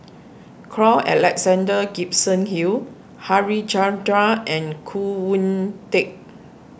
Carl Alexander Gibson Hill Harichandra and Khoo Oon Teik